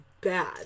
bad